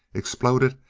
exploded,